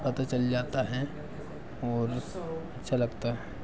पता चल जाता है और अच्छा लगता है